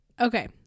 Okay